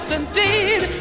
indeed